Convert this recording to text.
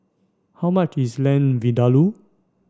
how much is Lamb Vindaloo